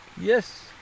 Yes